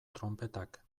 tronpetak